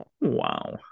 Wow